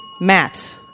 Matt